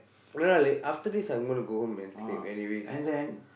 you know after this I'm gonna go home and sleep anyways